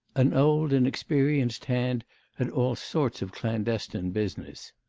an old and experienced hand at all sorts of clandestine business.